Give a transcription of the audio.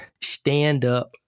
stand-up